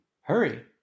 hurry